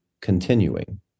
continuing